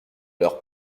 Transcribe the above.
leur